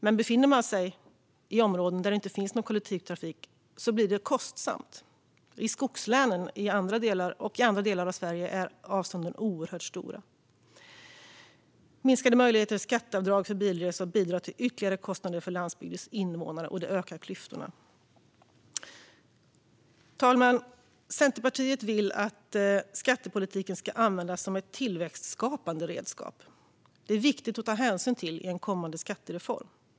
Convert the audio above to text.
Men om man befinner sig i områden där det inte finns någon kollektivtrafik blir det kostsamt. I skogslänen och andra delar av Sverige är avstånden oerhört stora. Minskade möjligheter till skatteavdrag för bilresor bidrar till ytterligare kostnader för landsbygdens invånare, och det ökar klyftorna. Fru talman! Centerpartiet vill att skattepolitiken ska användas som ett tillväxtskapande redskap. Det är viktigt att ta hänsyn till i en kommande skattereform.